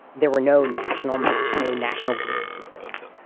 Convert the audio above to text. there were no national maps. no national grid systems.